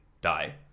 die